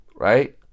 Right